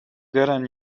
gotten